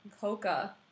coca